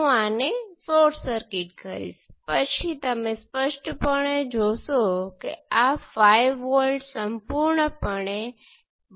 તમને 1 કિલો Ω × I2 નું પોર્ટ 2 વોલ્ટેજ આપી રહ્યું છે